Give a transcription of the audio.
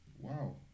Wow